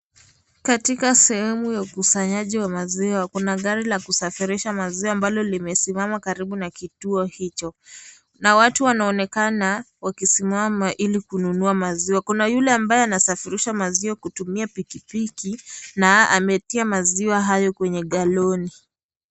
Katika sehemu ya ukasanyaji wa maziwa kuna gari la kusafirisha maziwa ambalo limesimama karibu na kituo hicho na watu wanaonekana wakisimama ili kununua maziwa. Kuna yule ambaye anasafirisha maziwa kutumia pikipiki na ameitia maziwa hayo kwenye galoni.